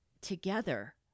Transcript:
together